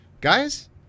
Guys